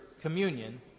communion